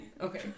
Okay